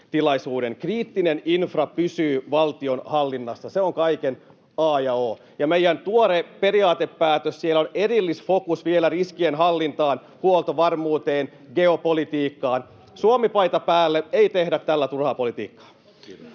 Kriittinen infra pysyy valtion hallinnassa, se on kaiken a ja o. Ja meidän tuoreessa periaatepäätöksessä on vielä erillisfokus riskienhallintaan, huoltovarmuuteen, geopolitiikkaan. Suomi-paita päälle, ei tehdä tällä turhaa politiikkaa. [Speech